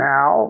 Now